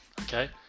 okay